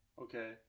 Okay